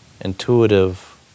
intuitive